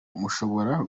mushobora